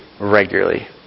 regularly